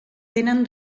tenen